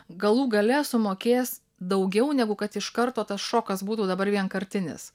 galų gale sumokės daugiau negu kad iš karto tas šokas būtų dabar vienkartinis